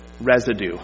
residue